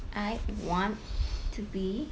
I want to be